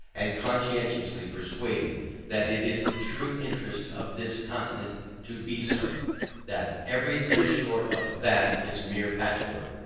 and conscientiously persuaded that it is the true interest of this continent to be so that every thing short of that is mere patchwork,